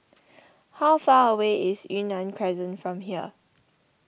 how far away is Yunnan Crescent from here